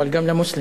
אבל גם למוסלמים,